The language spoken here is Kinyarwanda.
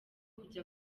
kujya